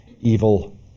evil